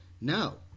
No